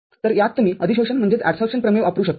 तरयात तुम्ही अधिशोषणप्रमेय वापरू शकता